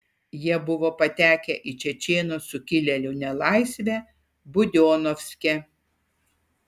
jie buvo patekę į čečėnų sukilėlių nelaisvę budionovske